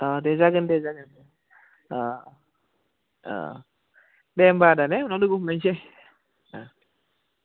दे जागोन दे जागोन दे होमब्ला आदा दे उनाव लोगो हमलायनोसै